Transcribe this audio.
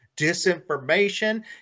disinformation